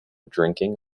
drinking